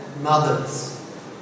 mothers